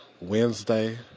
Wednesday